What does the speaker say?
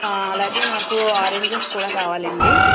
అలాగే నాకు ఆరంజస్ కూడా కావాలండి